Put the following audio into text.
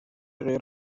غیر